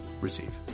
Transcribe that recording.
receive